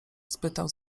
spytał